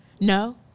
No